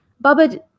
Baba